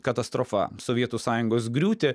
katastrofa sovietų sąjungos griūtį